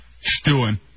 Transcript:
stewing